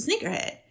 sneakerhead